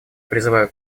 призываю